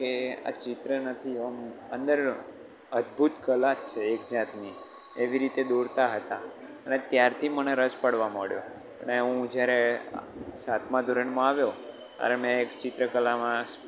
કે આ ચિત્ર નથી ઓમ અંદર અદભુત કલા જ છે એકજાતની એવી રીતે દોરતા હતા અને ત્યાંથી મને રસ પડવા માંડ્યો ને હું જયારે સાતમા ધોરણમાં આવ્યો અને મેં ચિત્રકલામાં